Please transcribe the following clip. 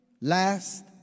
last